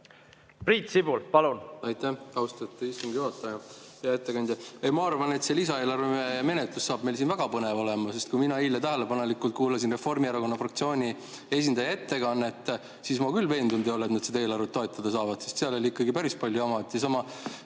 Priit Sibul, palun!